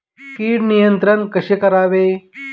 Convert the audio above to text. कीड नियंत्रण कसे करावे?